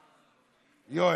יואל.